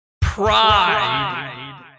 pride